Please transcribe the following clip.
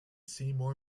seymour